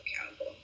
accountable